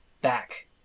back